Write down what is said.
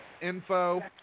info